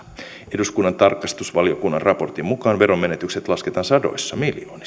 eduskunnan tarkastusvaliokunnan raportin mukaan veronmenetykset lasketaan sadoissa miljoonissa